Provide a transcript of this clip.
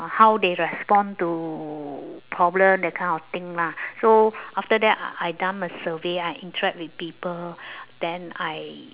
on how they respond to problem that kind of thing lah so after that I I done my survey I interact with people then I